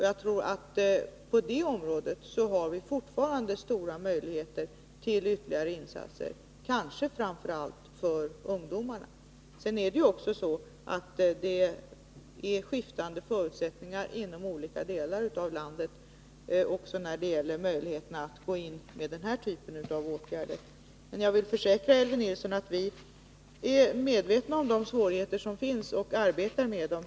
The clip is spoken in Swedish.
Jag tror att vi på detta område fortfarande har stora möjligheter att göra ytterligare insatser, kanske framför allt för ungdomarna. Sedan är förutsättningarna skiftande inom olika delar av landet, också när det gäller möjligheten att gå in med den här typen av åtgärder. Jag vill försäkra Elvy Nilsson om att vi är medvetna om de svårigheter som finns och arbetar med dem.